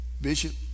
bishop